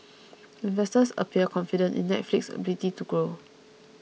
investors appear confident in Netflix's ability to grow